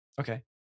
Okay